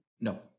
No